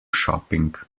shopping